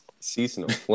seasonal